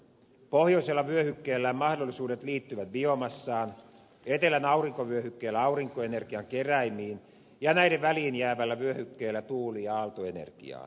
pohjoisella vyöhykkeellä mahdollisuudet liittyvät biomassaan etelän aurinkovyöhykkeellä aurinkoenergian keräimiin ja näiden väliin jäävällä vyöhykkeellä tuuli ja aaltoenergiaan